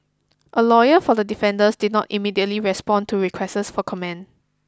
a lawyer for the defenders did not immediately respond to requests for comment